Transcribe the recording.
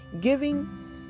giving